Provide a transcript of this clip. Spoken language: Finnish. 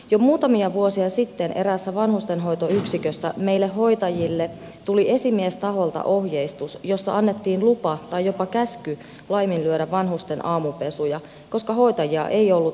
jo muutamia vuosia sitten eräässä vanhustenhoitoyksikössä meille hoitajille tuli esimiestaholta ohjeistus jossa annettiin lupa tai jopa käsky laiminlyödä vanhusten aamupesuja koska hoitajia ei ollut riittävästi